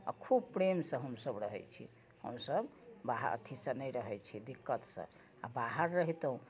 आ खूब प्रेमसँ हमसब रहैत छी हमसब बाहर अथीसँ नहि रहैत छी दिक्कतसँ आ बाहर रहि तऽ